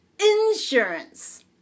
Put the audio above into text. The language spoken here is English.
insurance